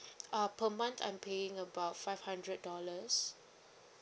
uh per month I'm paying about five hundred dollars